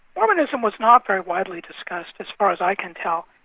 mormonism was not very widely discussed as far as i can tell,